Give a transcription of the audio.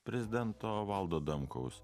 prezidento valdo adamkaus